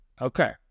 Okay